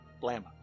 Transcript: blam